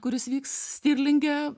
kuris vyks stirlinge